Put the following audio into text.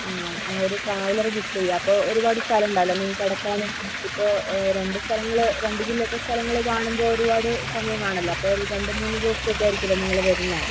ആ ഒരു traveller book ചെയ്യുക അപ്പോൾ ഒരുപാട് സ്ഥലണ്ടാവോലോ നിങ്ങൾക്ക് കെടക്കാനും ഇപ്പോൾ എ രണ്ട് സ്ഥലങ്ങൾ രണ്ട് ജില്ലെത്തേ സ്ഥലങ്ങൾ കാണുമ്പോൾ ഒരുപാട് സമയം വേണല്ലോ അപ്പോൾ ഒരു രണ്ടു മൂന്ന് ദിവസത്തേക്കായിരിക്കോല്ലോ നിങ്ങൾ വരുന്നത്